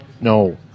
No